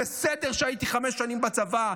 בסדר שהייתי חמש שנים בצבא,